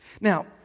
Now